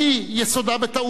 יסודה בטעות,